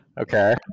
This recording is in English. Okay